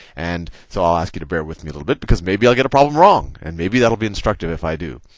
and so i'll ask you to bear with me a little bit because maybe i'll get a problem wrong. and maybe that'll be instructive if i do.